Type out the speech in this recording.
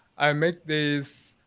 i made this